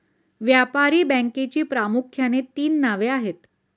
व्यापारी बँकेची प्रामुख्याने तीन नावे आहेत